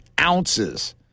ounces